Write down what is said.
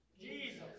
Jesus